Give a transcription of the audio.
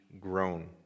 grown